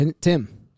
Tim